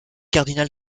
cardinal